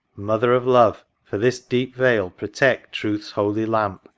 mother of love! for this deep vale, protect truth's holy lamp,